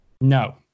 No